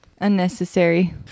Unnecessary